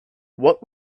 what